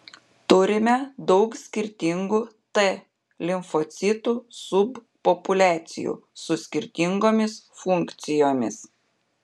turime daug skirtingų t limfocitų subpopuliacijų su skirtingomis funkcijomis